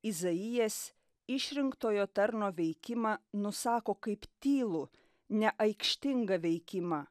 izaijas išrinktojo tarno veikimą nusako kaip tylų neaikštingą veikimą